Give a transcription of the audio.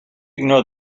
ignore